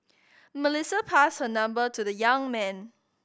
Melissa passed her number to the young man